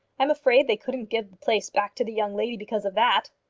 i'm afraid they couldn't give the place back to the young lady because of that.